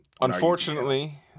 Unfortunately